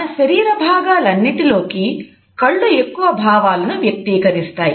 మన శరీర భాగాలన్నిటిలోకి కళ్ళు ఎక్కువ భావాలను వ్యక్తీకరిస్తాయి